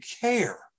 care